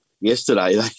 yesterday